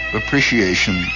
appreciation